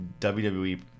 WWE